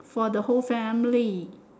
for the whole family